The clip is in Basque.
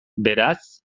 beraz